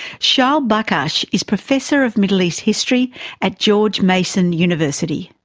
shaul bakhash is professor of middle east history at george mason university.